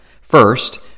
First